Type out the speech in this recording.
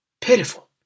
Pitiful